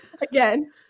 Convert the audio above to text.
Again